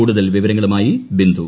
കൂടുതൽ വിവരങ്ങളുമായി ബിന്ദു